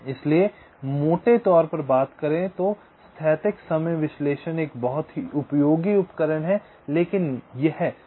इसलिए मोटे तौर पर बात करें तो स्थैतिक समय विश्लेषण एक बहुत ही उपयोगी उपकरण है लेकिन यह कुछ कमियों से ग्रस्त है